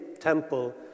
temple